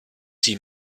sie